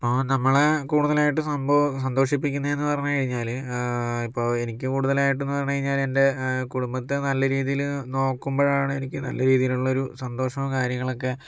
ആ നമ്മളെ കൂടുതലായിട്ട് സന്തോ സന്തോഷിപ്പിക്കുന്നതെന്ന് പറഞ്ഞ് കഴിഞ്ഞാല് ഇപ്പോൾ എനിക്ക് കൂടുതലായിട്ട്ന്ന് പറഞ്ഞ് കഴിഞ്ഞാല് എൻ്റെ കുടുംബത്തെ നല്ല രീതില് നോക്കുമ്പോഴാണ് എനിക്ക് നല്ല രീതിലുള്ളൊരു സന്തോഷോം കാര്യങ്ങളൊക്കെ